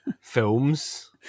films